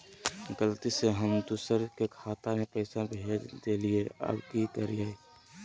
गलती से हम दुसर के खाता में पैसा भेज देलियेई, अब की करियई?